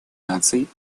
наций